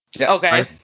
Okay